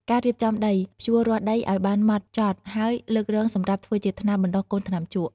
ការរៀបចំដី ភ្ជួរាស់ដីឱ្យបានហ្មត់ចត់ ហើយលើករងសម្រាប់ធ្វើជាថ្នាលបណ្ដុះកូនថ្នាំជក់។